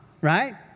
right